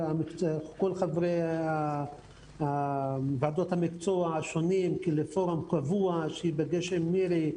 חברי ועדות המקצוע השונים לפורום קבוע שייפגש עם מירי,